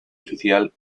oficial